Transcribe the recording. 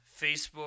Facebook